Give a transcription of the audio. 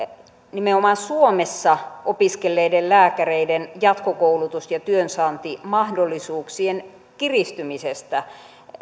nimenomaan suomessa opiskelleiden lääkäreiden jatkokoulutus ja työnsaantimahdollisuuksien kiristymisestä